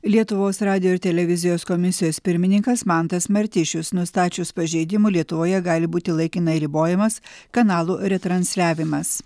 lietuvos radijo ir televizijos komisijos pirmininkas mantas martišius nustačius pažeidimų lietuvoje gali būti laikinai ribojamas kanalų retransliavimas